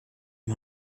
him